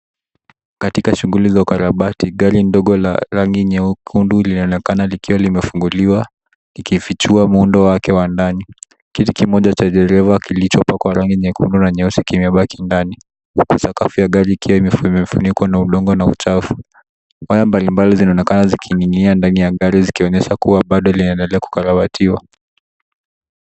Katika shughuli za ukarabati, gari ndogo la rangi nyekundu linaonekana likiwa limefunguliwa ikifichua muundo wake wa ndani. Kiti kimoja cha dereva kilichopakwa rangi nyekundu na nyeusi kimebaki ndani, huku sakafu ya gari ikiwa imefunikwa na udongo na uchafu. Paa mbalimbali zinaonekana zikining'inia ndani ya gari zikionyesha kuwa bado linaendelea kukarabatiwa.